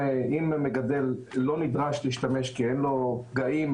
אם המגדל לא נדרש להשתמש כי אין לו פגעים,